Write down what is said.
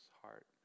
heart